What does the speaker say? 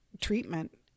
treatment